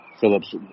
Phillips